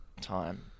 time